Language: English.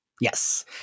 Yes